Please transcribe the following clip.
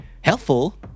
helpful